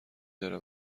داره